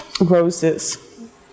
roses